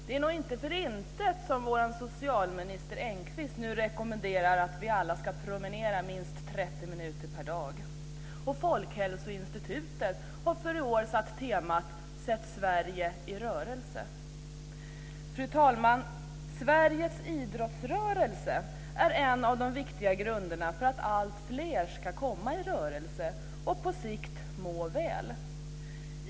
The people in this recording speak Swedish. Det är nog inte för inte som vår socialminister Engqvist nu rekommenderar alla att promenera minst 30 minuter per dag. Folkhälsoinstitutet har för detta år valt temat "Sätt Sverige i rörelse!" Fru talman! Sveriges idrottsrörelse är en av de viktiga grunderna för att alltfler ska komma i rörelse och på sikt må väl.